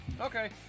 Okay